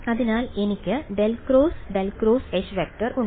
അതിനാൽ എനിക്ക് ∇×∇× H→ ഉണ്ട്